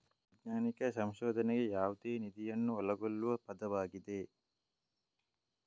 ವೈಜ್ಞಾನಿಕ ಸಂಶೋಧನೆಗೆ ಯಾವುದೇ ನಿಧಿಯನ್ನು ಒಳಗೊಳ್ಳುವ ಪದವಾಗಿದೆ